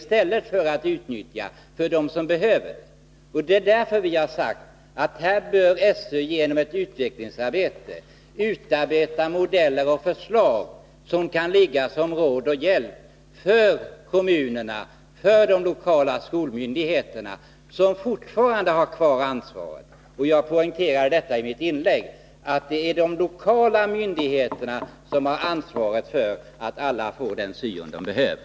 Därför har vi sagt att SÖ genom ett utvecklingsarbete bör utarbeta modeller och förslag som kan tjäna som råd och hjälp för de lokala skolmyndigheterna, som fortfarande har kvar ansvaret. Jag poängterade i mitt förra inlägg att det är de lokala myndigheterna som har ansvaret för att alla får den syo de behöver.